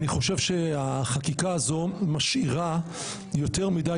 אני חושב שהחקיקה הזו משאירה יותר מדי